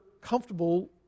comfortable